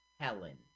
Helen